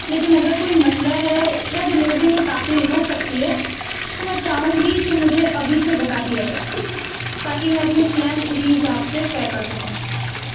لیکن اگر کوئی مسئلہ ہے یا ڈلیوری میں تاخیر ہو سکتی ہے تو میں چاہوں گی کہ مجھے ابھی سے بتا دیا جائے تاکہ میں اپنے پلانس اسی حساب سے طے کر سکوں